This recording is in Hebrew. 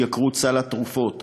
התייקרות סל התרופות,